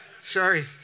sorry